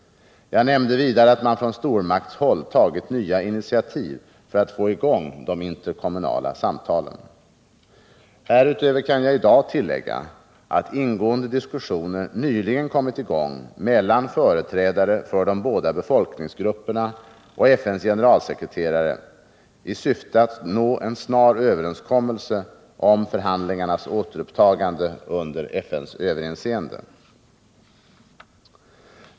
Jag nämnde vidare att man från stormaktshåll tagit nya initiativ för att få i gång de interkommunala samtalen. Härutöver kan jag i dag tillägga att ingående diskussioner nyligen kommit i gång mellan företrädare för de båda befolkningsgrupperna och FN:s generalsekreterare i syfte att nå en snar överenskommelse om förhandlingarnas återupptagande under FN:s överinseende.